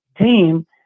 team